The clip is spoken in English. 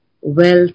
wealth